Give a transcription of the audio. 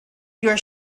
your